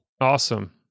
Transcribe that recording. Awesome